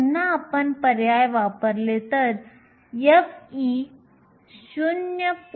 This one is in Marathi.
तर पुन्हा आपण पर्याय वापरले तर f हे 0